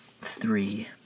three